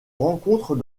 rencontre